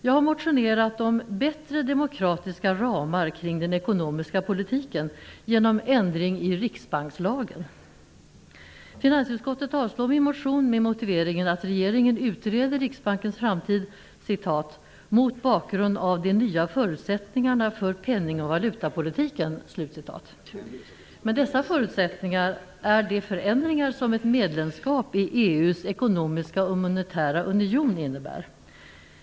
Jag har motionerat om bättre demokratiska ramar kring den ekonomiska politiken genom ändring i riksbankslagen. Finansutskottet avslår min motion med motiveringen att regeringen utreder Riksbankens framtid "mot bakgrund av de nya förutsättningarna för penning och valutapolitiken". Dessa förutsättningar är de förändringar som ett medlemskap i EU:s ekonomiska och monetära union innebär.